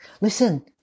Listen